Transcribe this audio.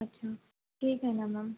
अच्छा ठीक आहे ना मॅम